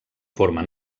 forma